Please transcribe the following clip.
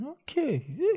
Okay